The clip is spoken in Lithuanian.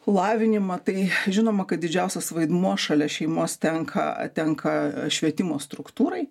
lavinimą tai žinoma kad didžiausias vaidmuo šalia šeimos tenka tenka švietimo struktūrai